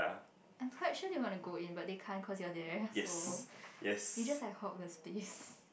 I'm quite sure they wanna go in but they can't cause you're there so they just like hulk the space